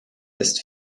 ist